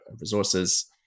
resources